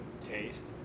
taste